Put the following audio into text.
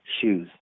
shoes